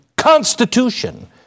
Constitution